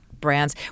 brands